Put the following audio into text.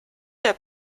der